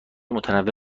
متنوع